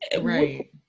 Right